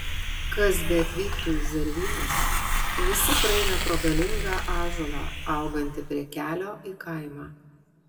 kas beatvyktų į zervynas visi praeina pro galingą ąžuolą augantį prie kelio į kaimą